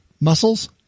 muscles